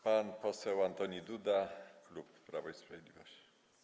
Pan poseł Antoni Duda, klub Prawo i Sprawiedliwość.